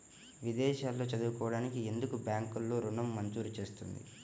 విదేశాల్లో చదువుకోవడానికి ఎందుకు బ్యాంక్లలో ఋణం మంజూరు చేస్తుంది?